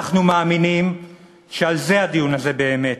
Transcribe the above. אנחנו מאמינים שעל זה הדיון באמת,